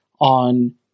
on